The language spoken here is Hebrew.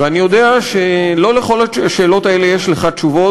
ואני יודע שלא על כל השאלות האלה יש לך תשובות